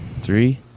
Three